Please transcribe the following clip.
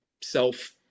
self